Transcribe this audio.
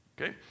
Okay